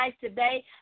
today